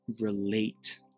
relate